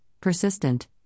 persistent